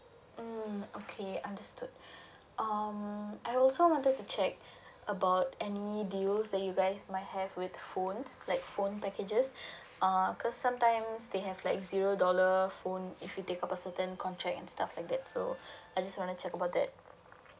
mm okay understood um I also wanted to check about any deals that you guys might have with phones like phone packages um cause sometimes they have like zero dollar phone if you take up a certain contract and stuff like that so I just wanna check about that